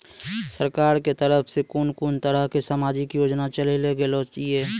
सरकारक तरफ सॅ कून कून तरहक समाजिक योजना चलेली गेलै ये?